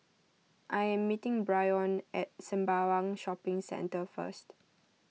I am meeting Byron at Sembawang Shopping Centre first